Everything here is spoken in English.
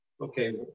okay